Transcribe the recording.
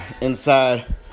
inside